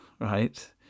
right